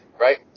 right